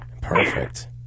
Perfect